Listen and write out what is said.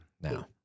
now